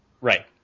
Right